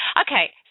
Okay